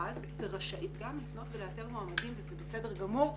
מכרז ורשאית גם לפנות ולהציע מועמדים וזה בסדר גמור.